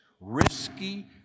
risky